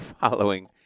following